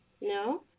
No